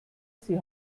sie